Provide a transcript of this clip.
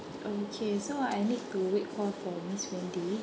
okay so I need to wait call for miss wendy